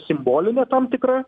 simbolinė tam tikra